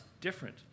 different